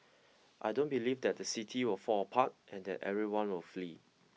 I don't believe that the city will fall apart and that everyone will flee